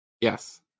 Yes